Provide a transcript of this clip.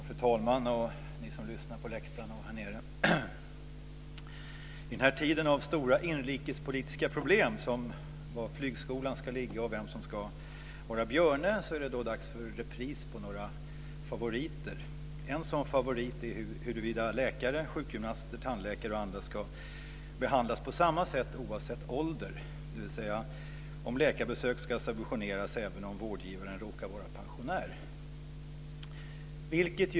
Fru talman! Ni som lyssnar på läktarna och här nere! I denna tid av stora inrikespolitiska problem, som var flygskolan ska ligga och vem som ska vara Björne, är det då dags för repris på några favoriter. En sådan favorit är huruvida läkare, sjukgymnaster, tandläkare och andra ska behandlas på samma sätt oavsett ålder, dvs. om läkarbesök ska subventioneras även om vårdgivaren råkar vara pensionär.